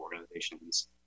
organizations